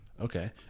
Okay